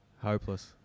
Hopeless